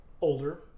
older